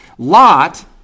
Lot